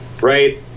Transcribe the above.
right